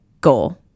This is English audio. goal